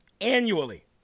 annually